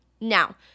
Now